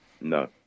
no